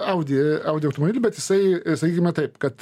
audi audi automobilį bet jisai sakykime taip kad